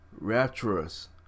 rapturous